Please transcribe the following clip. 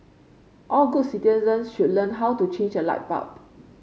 all good citizens should learn how to change a light bulb